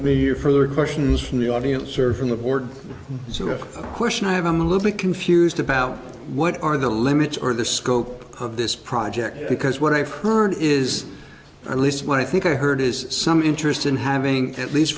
i mean you for questions from the audience or from the board so a question i have i'm a little bit confused about what are the limits or the scope of this project because what i've heard is at least what i think i heard is some interest in having at least